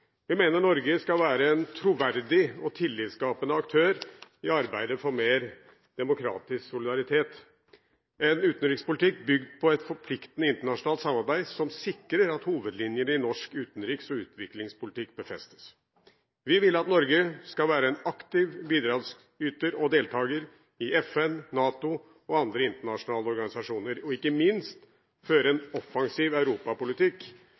Vi mener Norge skal være en troverdig og tillitskapende aktør i arbeidet for mer demokratisk solidaritet. Vi ønsker en utenrikspolitikk bygd på et forpliktende internasjonalt samarbeid, som sikrer at hovedlinjene i norsk utenriks- og utviklingspolitikk befestes. Vi vil at Norge skal være en aktiv bidragsyter og deltaker i FN, NATO og andre internasjonale organisasjoner og ikke minst føre en offensiv europapolitikk